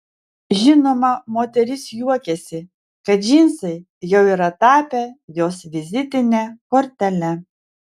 žinoma moteris juokiasi kad džinsai jau yra tapę jos vizitine kortele